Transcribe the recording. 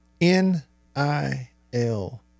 N-I-L